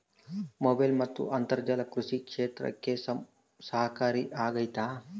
Mobile ಮತ್ತು ಅಂತರ್ಜಾಲ ಕೃಷಿ ಕ್ಷೇತ್ರಕ್ಕೆ ಸಹಕಾರಿ ಆಗ್ತೈತಾ?